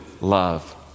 love